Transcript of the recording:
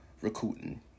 recruiting